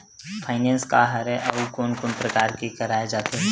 Finance का हरय आऊ कोन कोन प्रकार ले कराये जाथे?